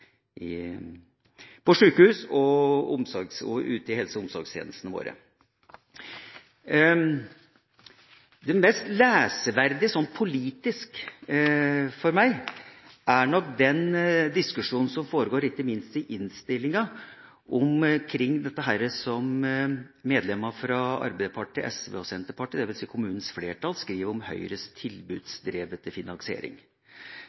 på sjukehus og i helse- og omsorgstjenestene våre. Det mest lesverdige politisk for meg er nok den diskusjonen som foregår ikke minst i innstillinga omkring det som medlemmene fra Arbeiderpartiet, SV og Senterpartiet, dvs. komiteens flertall, skriver om